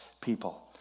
people